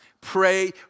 Pray